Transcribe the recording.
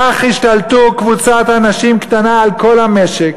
כך השתלטה קבוצת אנשים קטנה על כל המשק.